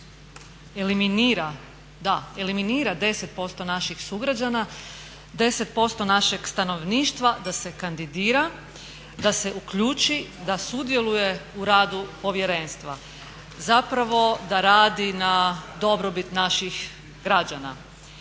eliminira 10% naših sugrađana, 10% našeg stanovništva da se kandidira, da se uključi, da sudjeluje u radu Povjerenstva, zapravo da radi na dobrobit naših građana.